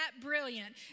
brilliant